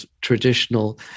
traditional